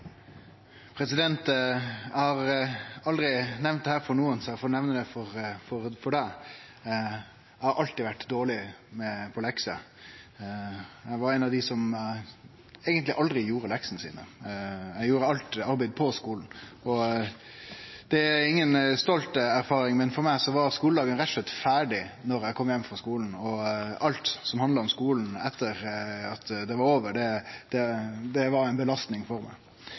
President! Eg har aldri nemnt dette for nokon, så eg får nemne det for deg: Eg har alltid vore dårleg i lekser. Eg var ein av dei som eigentleg aldri gjorde leksene sine – eg gjorde alt arbeid på skulen. Det er inga stolt erfaring, men for meg var skuledagen rett og slett ferdig når eg kom heim frå skulen. Alt som handla om skulen etter at han var over, var ei belastning for meg.